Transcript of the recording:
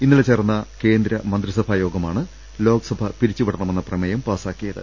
ഇന്നലെ ചേർന്ന കേന്ദ്ര മന്ത്രിസഭാ യോഗമാണ് ലോക്സഭ പിരിച്ചുവിടണമെന്ന പ്രമേയം പാസാക്കി യത്